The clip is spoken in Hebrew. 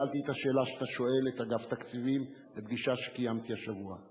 שאלתי את השאלה שאתה שואל את אגף התקציבים בפגישה שקיימתי השבוע.